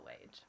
wage